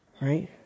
Right